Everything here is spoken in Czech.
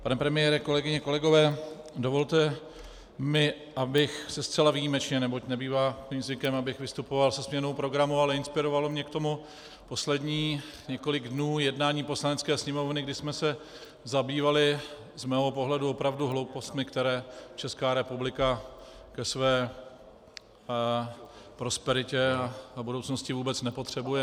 Pane premiére, kolegyně, kolegové, dovolte mi, abych se zcela výjimečně, neboť nebývá mým zvykem, abych vystupoval se změnou programu, ale inspirovalo mě k tomu posledních několik dnů jednání Poslanecké sněmovny, kdy jsme se zabývali z mého pohledu opravdu hloupostmi, které Česká republika ke své prosperitě a budoucnosti vůbec nepotřebuje.